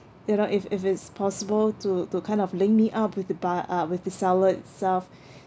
you know if if it's possible to to kind of link me up with the buy~ uh with the seller itself